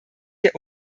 der